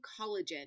collagen